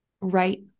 right